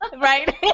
Right